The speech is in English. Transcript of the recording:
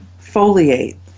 foliate